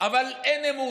אבל אין אמון.